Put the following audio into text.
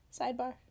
Sidebar